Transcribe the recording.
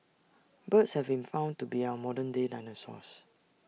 birds have been found to be our modern day dinosaurs